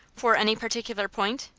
for any particular point?